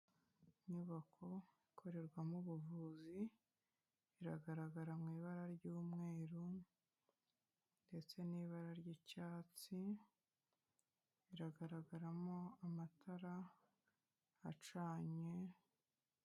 Inyubako ikorerwamo ubuvuzi iragaragara mu ibara ry'umweru ndetse n'ibara ry'icyatsi, iragaragaramo amatara acanye.